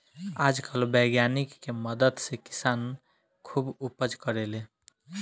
आजकल वैज्ञानिक के मदद से किसान खुब उपज करेले